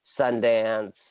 Sundance